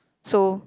so